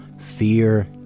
fear